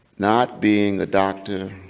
not being a doctor,